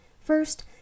First